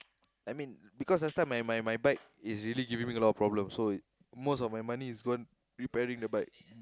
I mean because last time my my my bike is really giving me a lot of problem so it most of my money is gone repairing the bike